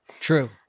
True